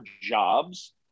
jobs